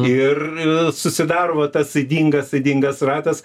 ir susidaro va tas ydingas ydingas ratas